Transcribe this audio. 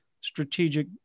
strategic